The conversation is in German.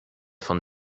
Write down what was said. von